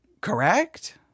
Correct